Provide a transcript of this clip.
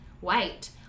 white